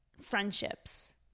friendships